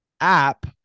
app